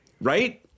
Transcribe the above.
Right